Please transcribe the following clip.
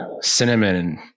cinnamon